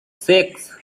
six